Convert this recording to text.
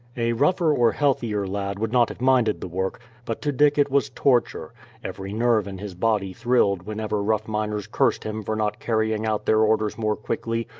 a rougher or healthier lad would not have minded the work, but to dick it was torture every nerve in his body thrilled whenever rough miners cursed him for not carrying out their orders more quickly,